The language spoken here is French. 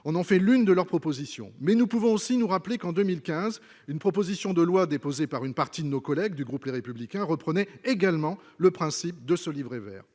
en ont fait l'une de leurs propositions, mais nous pouvons aussi nous rappeler qu'en 2015 une proposition de loi déposée par une partie de nos collègues du groupe Les Républicains reprenait également le principe de ce livret vert.